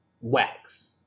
wax